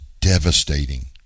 devastating